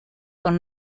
con